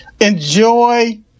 enjoy